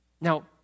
Now